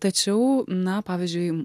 tačiau na pavyzdžiui